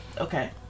Okay